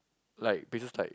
like places like